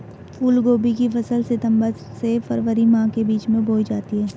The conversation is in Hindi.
फूलगोभी की फसल सितंबर से फरवरी माह के बीच में बोई जाती है